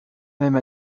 même